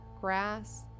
grass